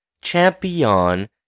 champion